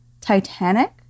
Titanic